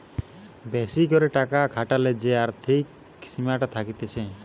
বেশি করে টাকা খাটালে যে আর্থিক সীমাটা থাকতিছে